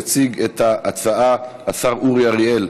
יציג את ההצעה השר אורי אריאל,